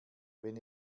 wenn